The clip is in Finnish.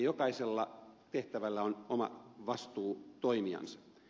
jokaisella tehtävällä on oma vastuutoimijansa